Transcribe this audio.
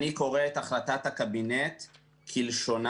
אני קורא את החלטת הקבינט כלשונה,